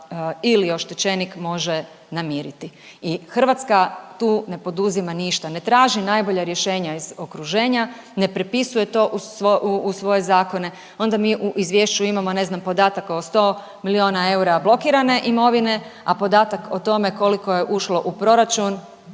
ili oštećenik može namiriti. I Hrvatska tu ne poduzima ništa, ne traži najbolja rješenja iz okruženja, ne prepisuje to u svoje zakone. Onda mi u izvješću imamo ne znam podatak o sto milijuna eura blokirane imovine, a podatak o tome koliko je ušlo u proračun